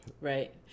Right